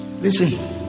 listen